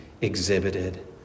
exhibited